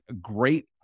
great